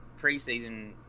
preseason